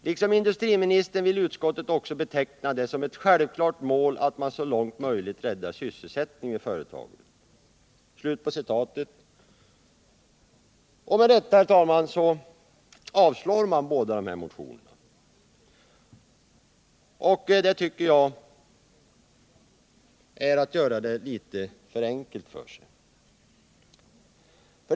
Liksom industriministern vill utskottet också beteckna det som ett självklart mål att man så långt möjligt räddar sysselsättningen vid företaget.” Med detta, herr talman, avstyrker utskottet de båda motionerna. Jag tycker att det är att göra det litet för enkelt för sig.